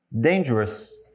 dangerous